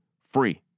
free